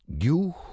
You